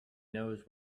knows